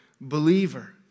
believer